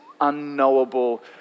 unknowable